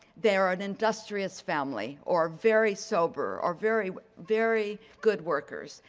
they're an industrious family. or very sober. or very, very good workers.